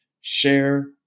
share